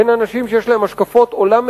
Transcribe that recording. בין אנשים שיש להם השקפות עולם מנוגדות,